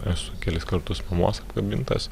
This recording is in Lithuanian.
esu kelis kartus mamos apkabintas